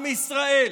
עם ישראל